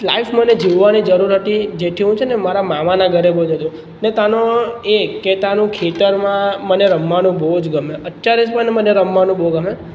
life મને જીવવાની જરૂર હતી જેથી હું છે ને મારા મામાના ઘરે બહુ જતો ને ત્યાંનો એક કે ત્યાંનું ખેતર માં મને રમવાનું બહુ જ ગમે અત્યારે જ પણ મને રમવાનું બહુ ગમે